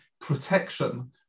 protection